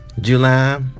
July